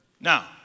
Now